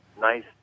nice